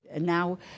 Now